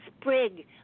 sprig